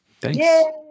Thanks